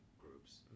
groups